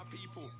people